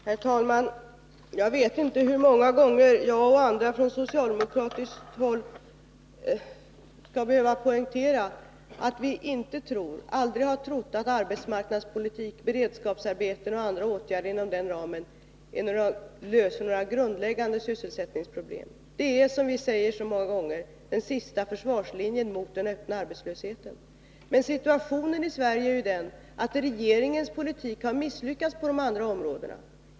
Herr talman! Jag vet inte hur många gånger jag och andra från socialdemokratiskt håll skall behöva poängtera att vi inte tror, och aldrig har trott, att arbetsmarknadspolitik, beredskapsarbeten och andra åtgärder inom den ramen löser några grundläggande sysselsättningsproblem. De är, som vi sagt så många gånger, bara den sista försvarslinjen mot den öppna arbetslösheten. Men situationen i Sverige är ju den att regeringens politik har misslyckats på de andra områdena.